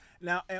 Now